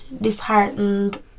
disheartened